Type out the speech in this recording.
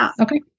Okay